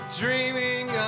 dreaming